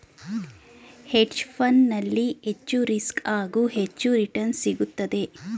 hedge fund ನಲ್ಲಿ ಹೆಚ್ಚು risk, ಹಾಗೂ ಹೆಚ್ಚು ರಿಟರ್ನ್ಸ್ ಸಿಗುತ್ತದೆ